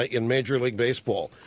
ah in major league baseball